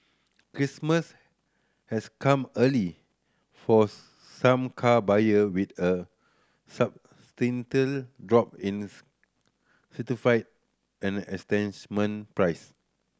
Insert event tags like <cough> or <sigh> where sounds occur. Christmas has come early for <unintelligible> some car buyer with a substantial drop in <unintelligible> certify and entitlement price